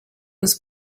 was